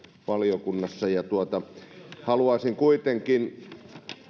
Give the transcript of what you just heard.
valiokunnassa haluaisin kuitenkin